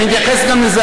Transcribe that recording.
אני אתייחס גם לזה.